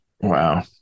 Wow